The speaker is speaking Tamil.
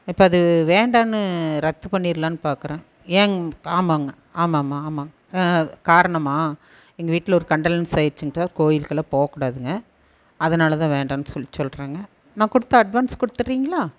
இப்போ அது வேண்டாம்னு ரத்து பண்ணிடலான்னு பார்க்குறேன் ஏங் ஆமாங்க ஆமாம் ஆமாம் ஆமாம் காரணமா எங்கள் வீட்டில் ஒரு கண்டலன்ஸ் ஆகிருச்சுங்க சார் கோயிலுக்கெல்லாம் போகக்கூடாதுங்க அதனால் தான் வேண்டாம்னு சொல்லி சொல்கிறேங்க நான் கொடுத்த அட்வான்ஸ் கொடுத்துட்றீங்களா